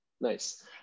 Nice